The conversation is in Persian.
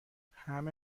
همه